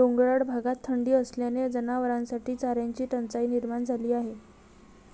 डोंगराळ भागात थंडी असल्याने जनावरांसाठी चाऱ्याची टंचाई निर्माण झाली आहे